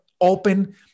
open